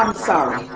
um sorry.